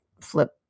flip